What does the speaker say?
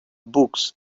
books